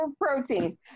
protein